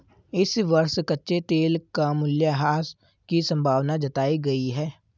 इस वर्ष कच्चे तेल का मूल्यह्रास की संभावना जताई गयी है